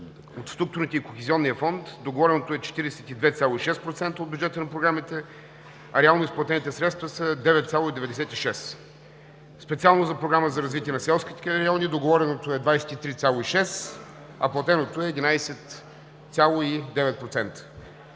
от структурите и Кохезионния фонд, договореното е 42,6% от бюджета на програмите, а реално изплатените средства са 9,96 %. Специално за Програма за развитие на селските райони договореното е 23,6, а платеното е 11,9%.